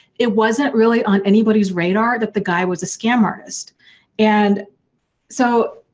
it wasn't really on anybody's radar that the guy was a scam artist and so